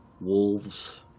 wolves